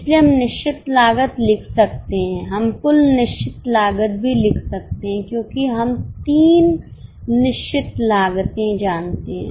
इसलिए हम निश्चित लागत लिख सकते हैं हम कुल निश्चित लागत भी लिख सकते हैं क्योंकि हम 3 निश्चित लागते जानते हैं